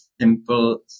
simple